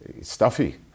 stuffy